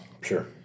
Sure